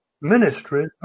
ministry